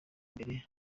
mbere